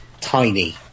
tiny